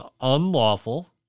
unlawful